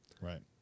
Right